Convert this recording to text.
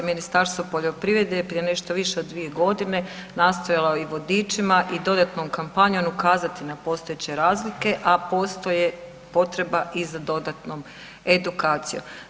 Ministarstvo poljoprivrede je prije nešto više od 2 godine nastojalo i vodičima i dodatnom kampanjom ukazati na postojeće razlike, a postoje potreba i za dodatnom edukacijom.